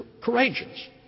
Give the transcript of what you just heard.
courageous